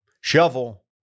Shovel